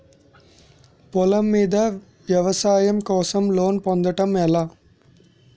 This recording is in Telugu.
పొలం మీద వ్యవసాయం కోసం లోన్ పొందటం ఎలా?